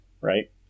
right